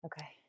okay